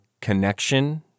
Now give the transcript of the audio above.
connection